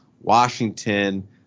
Washington